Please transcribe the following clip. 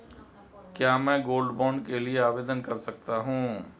क्या मैं gold bond के लिए आवेदन कर सकता हूं?